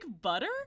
butter